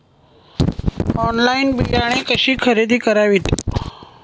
Online बियाणे कशी खरेदी करावीत?